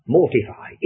Mortify